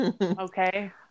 Okay